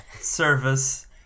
service